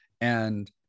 and-